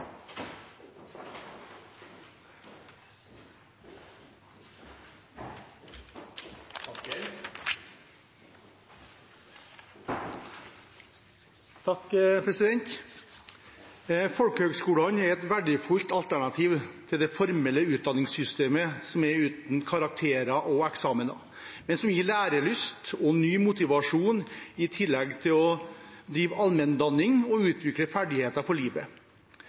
neste spørretime. «Folkehøgskolene er et verdifullt alternativ til det formelle utdanningssystemet som er uten karakterer og eksamener, men som gir lærelyst og ny motivasjon i tillegg til å drive allmenndanning og utvikle ferdigheter for livet.